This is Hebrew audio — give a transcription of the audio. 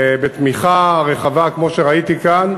בתמיכה רחבה כמו שראיתי כאן.